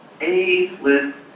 A-list